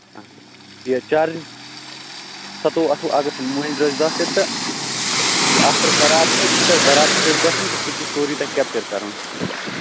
اَہَن حظ یہِ چارجِنٛگ سَتووُہ اَٹھووُہ اَگست مٲنٛزۍ رٲژ تہِ تہٕ یہِ آفٹَر بَرات تہِ چھُو تۄہہِ برات سۭتۍ گژھُن تہٕ سُہ تہِ چھُ سورُے تۄہہِ کیپچَر کَرُن